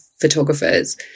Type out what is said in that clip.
photographers